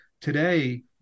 today